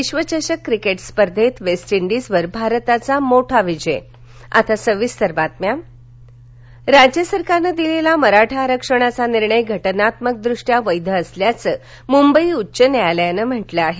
विश्वचषक क्रिकेट स्पर्धेत वेस्टइंडीजवर भारताचा मोठा विजय मराठा आरक्षण राज्य सरकारनं दिलेला मराठा आरक्षणाचा निर्णय घटनात्मकदृष्ट्या वैध असल्याचं मुंबई उच्च न्यायालयानं म्हटलं आहे